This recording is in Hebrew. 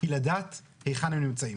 היא לדעת היכן הם נמצאים.